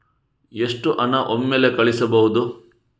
ಎಷ್ಟು ಹಣ ಒಮ್ಮೆಲೇ ಕಳುಹಿಸಬಹುದು?